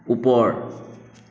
ওপৰ